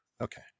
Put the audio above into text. okay